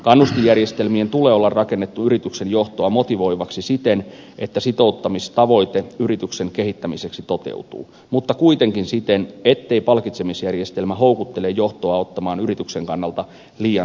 kannustinjärjestelmien tulee olla rakennettu yrityksen johtoa motivoiviksi siten että sitouttamistavoite yrityksen kehittämiseksi toteutuu mutta kuitenkin siten ettei palkitsemisjärjestelmä houkuttele johtoa ottamaan yrityksen kannalta liian suuria riskejä